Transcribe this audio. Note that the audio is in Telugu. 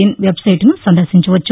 ఇన్ వెబ్సైట్ను సందర్శించవచ్చు